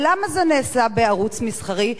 למה זה נעשה בערוץ מסחרי?